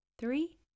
three